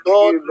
God